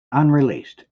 unreleased